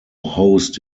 host